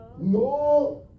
No